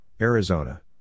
Arizona